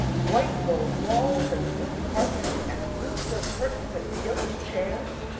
white and gold walls and blue carpets and blue silk curtains and gilt chairs.